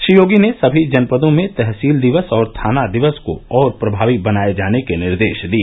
श्री योगी ने सभी जनपदों में तहसील दिवस और थाना दिवस को और प्रभावी बनाए जाने के निर्देश दिए